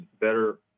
better